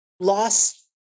lost